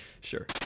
sure